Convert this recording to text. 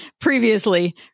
previously